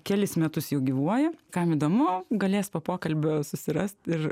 kelis metus jau gyvuoja kam įdomu galės po pokalbio susirast ir